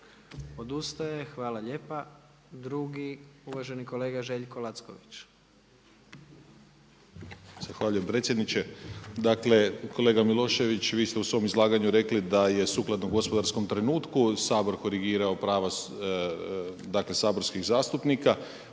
Odustaje, hvala lijepa. Drugi uvaženi kolega Željko Lacković.